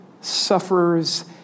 sufferers